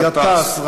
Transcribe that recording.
גטאס.